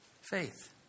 Faith